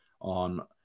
on